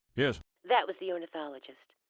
yes. that was the ornithologist.